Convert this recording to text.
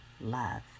love